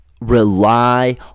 rely